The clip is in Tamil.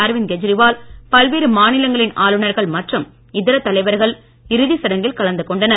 அரவிந்த் கேஜரிவால் பல்வேறு மாநிலங்களின் ஆளுநர்கள் மற்றும் இதா தலைவர்கள் இறுதிச் சடங்கில் கலந்து கொண்டனர்